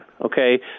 okay